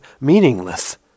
meaningless